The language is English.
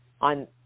on